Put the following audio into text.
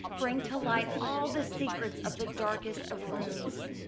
bring to light all the secrets of the darkest of rooms.